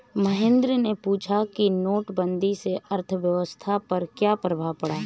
महेंद्र ने पूछा कि नोटबंदी से अर्थव्यवस्था पर क्या प्रभाव पड़ा